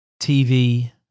TV